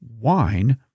wine